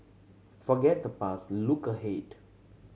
forget the past look ahead